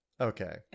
Okay